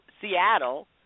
Seattle